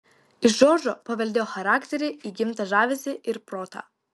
iš džordžo paveldėjo charakterį įgimtą žavesį ir protą